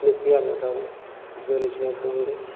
matric आन्जादाव गोलैसोना थानांदों